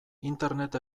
internet